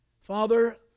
Father